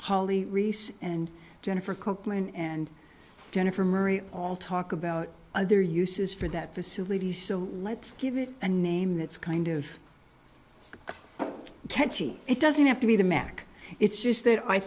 holly reese and jennifer copeland and jennifer marie all talk about other uses for that facility so let's give it a name that's kind of catchy it doesn't have to be the mac it's just that i